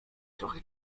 trochę